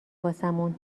واسمون